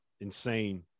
insane